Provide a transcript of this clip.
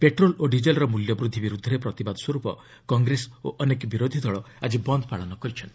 petrol ଓ ଡିଜେଲ୍ର ମୂଲ୍ୟ ବୃଦ୍ଧି ବିରୁଦ୍ଧରେ ପ୍ରତିବାଦ ସ୍ୱର୍ପ କଂଗ୍ରେସ ଓ ଅନେକ ବିରୋଧୀ ଦଳ ଆଜି ବନ୍ଦ ପାଳନ କରିଛନ୍ତି